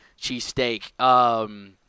cheesesteak